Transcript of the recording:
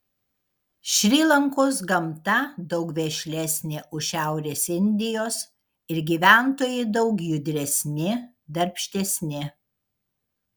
šri lankos gamta daug vešlesnė už šiaurės indijos ir gyventojai daug judresni darbštesni